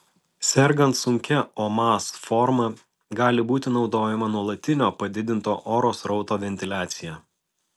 sergant sunkia omas forma gali būti naudojama nuolatinio padidinto oro srauto ventiliacija